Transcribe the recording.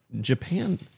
Japan